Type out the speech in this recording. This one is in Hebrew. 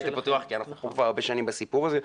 הפתוח כי אנחנו כבר הרבה שנים בסיפור הזה.